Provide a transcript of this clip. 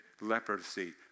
leprosy